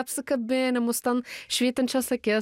apsikabinimus ten švytinčias akis